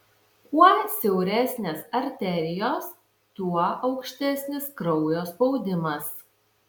kuo siauresnės arterijos tuo aukštesnis kraujo spaudimas